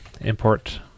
import